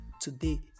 today